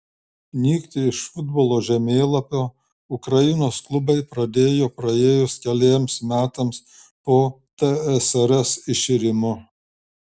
nykti iš futbolo žemėlapio ukrainos klubai pradėjo praėjus keleriems metams po tsrs iširimo